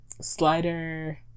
Slider